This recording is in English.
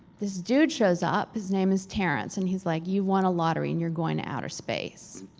this dude shows up, his name is terrence, and he's like, you won a lottery and you're going to outer space.